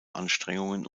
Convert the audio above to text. anstrengungen